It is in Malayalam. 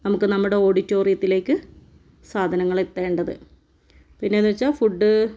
നമുക്ക് നമ്മുടെ ഓഡിറ്റോറിയത്തിലേക്ക് സാധനങ്ങൾ എത്തേണ്ടത് പിന്നെയെന്നു വച്ചാൽ ഫുഡ്ഡ്